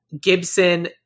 Gibson